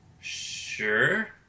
Sure